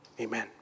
Amen